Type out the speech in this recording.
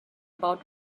about